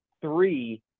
three